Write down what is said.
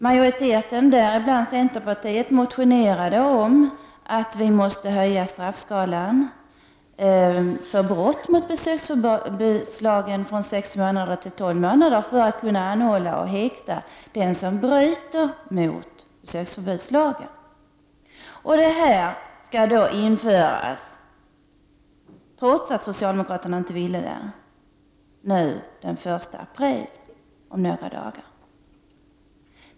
Majoriteten, däribland centerpartiet, motionerade om att höja straffskalan för brott mot besöksförbudslagen från sex månader till tolv månader, för att kunna anhålla och häkta den som bryter mot denna lag. Den förändringen skall nu genomföras, trots att socialdemokraterna inte ville det, från den 1 april, alltså om några dagar.